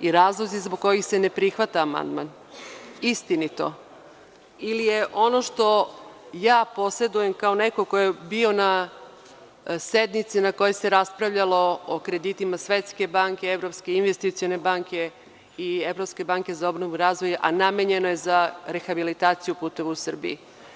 i razlozi zbog kojih se ne prihvata amandman istinito ili je ono što ja posedujem kao neko ko je bio na sednici na kojoj se raspravljalo o kreditima Svetske banke, Evropske investicione banke i Evropske banke za obnovu i razvoj, a namenjeno je za rehabilitaciju puteva u Srbiji?